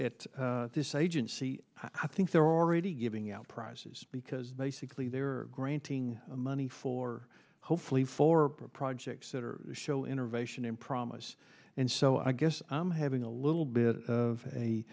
it this agency i think they're already giving out prizes because basically they're granting money for hopefully for projects that are show innervation and promise and so i guess i'm having a little bit of a